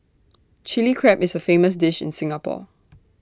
Chilli Crab is A famous dish in Singapore